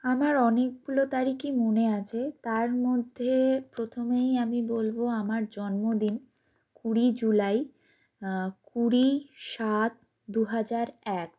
আমার অনেকগুলো তারিখই মনে আছে তার মধ্যে প্রথমেই আমি বলব আমার জন্মদিন কুড়ি জুলাই কুড়ি সাত দুহাজার এক